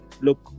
look